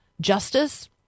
justice